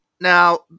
Now